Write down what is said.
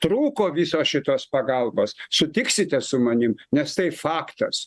trūko visos šitos pagalbos sutiksite su manim nes tai faktas